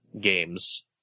games